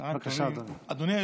בבקשה, אדוני.